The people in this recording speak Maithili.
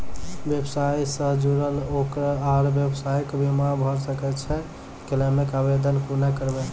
व्यवसाय सॅ जुड़ल लोक आर व्यवसायक बीमा भऽ सकैत छै? क्लेमक आवेदन कुना करवै?